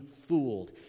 fooled